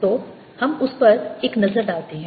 तो हम उस पर एक नजर डालते हैं